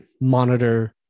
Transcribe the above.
monitor